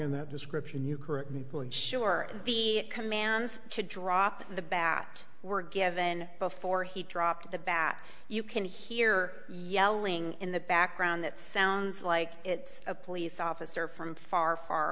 in that description you current will ensure the commands to drop the bat were given before he dropped the bat you can hear yelling in the background that sounds like it's a police officer from far far